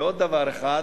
ועוד דבר אחד.